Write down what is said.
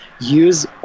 use